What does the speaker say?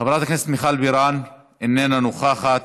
חברת הכנסת מיכל בירן, איננה נוכחת,